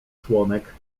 członek